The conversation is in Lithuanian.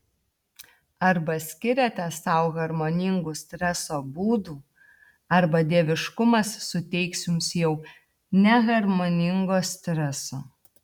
arba skiriate sau harmoningų streso būdų arba dieviškumas suteiks jums jau neharmoningo streso